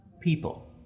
people